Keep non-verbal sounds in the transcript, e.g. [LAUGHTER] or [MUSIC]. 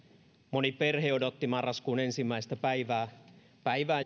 moni perhe odotti marraskuun ensimmäistä päivää päivää [UNINTELLIGIBLE]